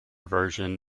version